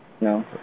No